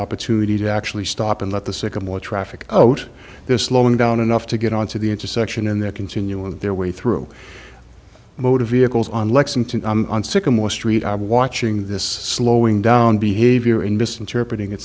opportunity to actually stop and let the sycamore traffic o't they're slowing down enough to get onto the intersection and they're continuing their way through motor vehicles on lexington on sycamore street are watching this slowing down behavior and misinterpreting it